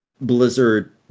blizzard